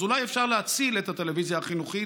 אז אולי אפשר להציל את הטלוויזיה החינוכית